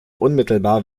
unmittelbar